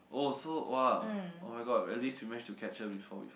oh so !wah! oh-my-god at least we manage to catch her before we